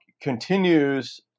continues